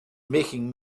making